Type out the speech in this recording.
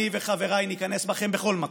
אני וחבריי ניכנס בכם בכל מקום.